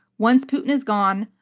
once putin is gone,